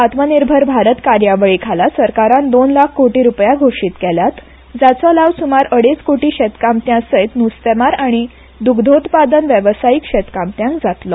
आत्मनिर्भर भारत कार्यावळीखाल सरकारान दोन लाख कोटी रूपयां घोशित केल्यात जाचो लाव सुमार अडेज कोटी शेतकामत्यांसत नुस्तेमार आनी द्ग्धोत्पादन वेवसायिक शेतकामत्यांक जातलो